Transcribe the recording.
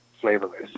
flavorless